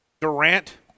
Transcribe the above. Durant